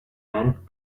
meant